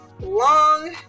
long